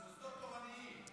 מוסדות תורניים.